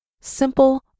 Simple